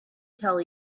tell